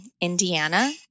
Indiana